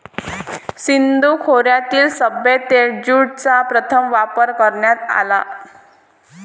सिंधू खोऱ्यातील सभ्यतेत ज्यूटचा प्रथम वापर करण्यात आला